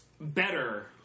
better